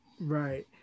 Right